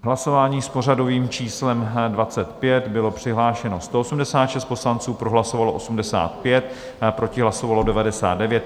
V hlasování s pořadovým číslem 25 bylo přihlášeno 186 poslanců, pro hlasovalo 85, proti hlasovalo 99.